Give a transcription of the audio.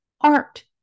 art